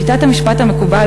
שיטת המשפט המקובלת,